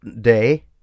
day